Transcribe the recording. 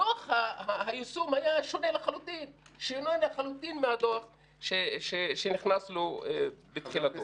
דוח היישום היה שונה לחלוטין מהדוח שנכנס לו בתחילתו.